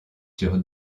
sur